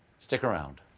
stick around.